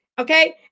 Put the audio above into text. Okay